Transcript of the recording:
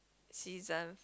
season